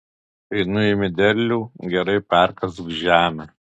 kai nuimi derlių gerai perkask žemę